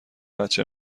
بچه